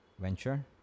venture